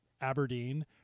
Aberdeen